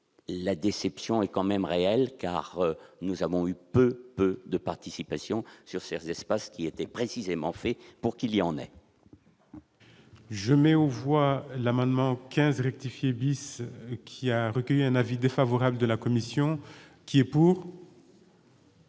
la déception est quand même réelle car nous avons eu peu de participation sur Sears pas qui était précisément fait pour qu'il y en ait. Je n'ai aux voix l'amendement 15 rectifier bis qui a recueilli un avis défavorable de la commission qui est pour.